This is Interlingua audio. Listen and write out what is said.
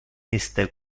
iste